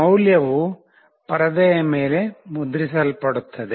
ಮೌಲ್ಯವು ಪರದೆಯ ಮೇಲೆ ಮುದ್ರಿಸಲ್ಪಡುತ್ತದೆ